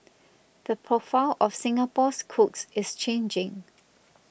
the profile of Singapore's cooks is changing